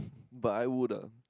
but I would ah